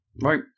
Right